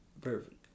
Perfect